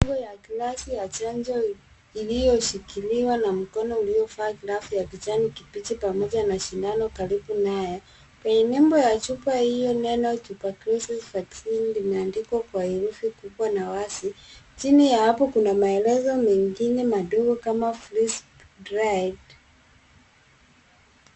Bango ya glasi ya chanjo iliyoshikiliwa na mkono uliovaa glavu ya kijani kibichi pamoja na sindano karibu nayo. Kwenye nembo ya chupa hio neno tuberculosis vaccine limeandikwa kwa herufi kubwa na wazi. Chini ya hapo kuna maelezo mengine madogo kama flisp dried .